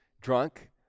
drunk